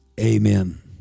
Amen